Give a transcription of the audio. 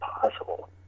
possible